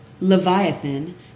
Leviathan